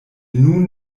nun